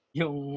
yung